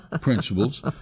principles